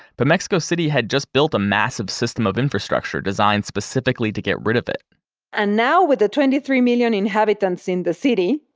but mexico city had just built a massive system of infrastructure designed specifically to get rid of it and now, with the twenty three million inhabitants in the city,